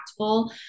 impactful